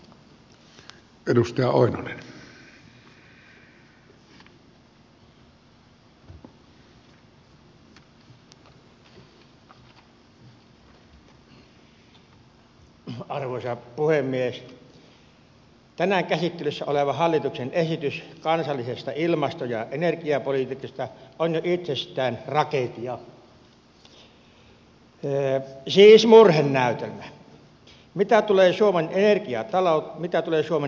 tänään käsittelyssä oleva hallituksen esitys kansallisesta ilmasto ja energiapolitiikasta on jo itsessään tragedia siis murhenäytelmä mitä tulee suomen energiatalouteen